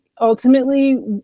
ultimately